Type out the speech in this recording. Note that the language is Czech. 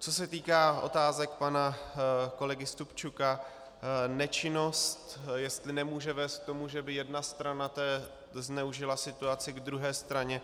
Co se týká otázek pana kolegy Stupčuka, nečinnost jestli nemůže vést k tomu, že by jedna strana zneužila situaci k druhé straně